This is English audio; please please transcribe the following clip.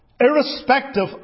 irrespective